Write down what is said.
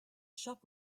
shop